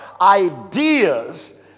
ideas